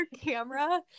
camera